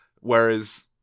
Whereas